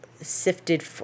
sifted